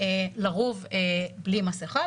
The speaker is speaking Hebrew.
לרוב בלי מסכה.